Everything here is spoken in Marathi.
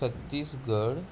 छत्तीसगढ